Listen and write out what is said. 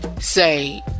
say